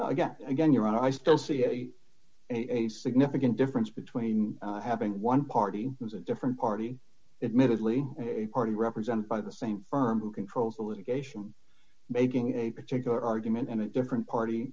guess again your honor i still see a a significant difference between having one party has a different party admittedly a party represented by the same firm who controls the litigation making a particular argument and a different party